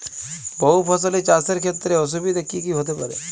বহু ফসলী চাষ এর ক্ষেত্রে অসুবিধে কী কী হতে পারে?